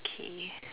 K